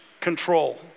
control